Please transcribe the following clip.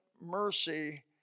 mercy